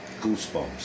goosebumps